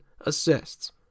assists